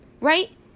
right